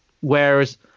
whereas